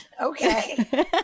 okay